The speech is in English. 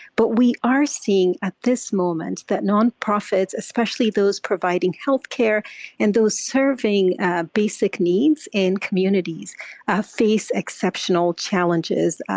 but we are seeing, at this moment, that nonprofits especially those providing health care and those serving basic needs in communities ah face exceptional challenges.